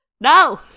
No